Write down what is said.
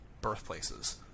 birthplaces